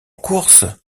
course